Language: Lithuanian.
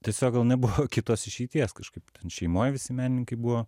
tiesiog gal nebuvo kitos išeities kažkaip ten šeimoj visi menininkai buvo